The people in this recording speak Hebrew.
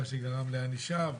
מה שגורם לענישה,